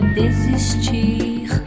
desistir